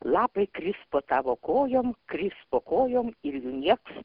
lapai kris po tavo kojom kris po kojom ir niekas